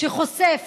שחושף